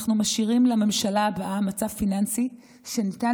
אנחנו משאירים לממשלה הבאה מצב פיננסי שניתן